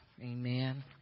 Amen